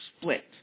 split